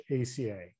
ACA